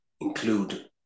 include